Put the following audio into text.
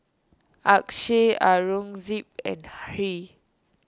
Akshay Aurangzeb and Hri